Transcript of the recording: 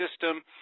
system